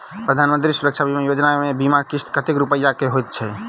प्रधानमंत्री सुरक्षा बीमा योजना मे बीमा किस्त कतेक रूपया केँ होइत अछि?